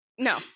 No